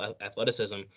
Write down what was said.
athleticism